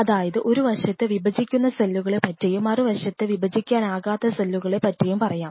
അതായത് ഒരു വശത്ത് വിഭജിക്കുന്ന സെല്ലുകളെ പറ്റിയും മറുവശത്ത് വിഭജിക്കാനാകാത്ത സെല്ലുകളെ പറ്റിയും പറയാം